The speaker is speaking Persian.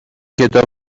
کتاب